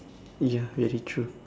ya very true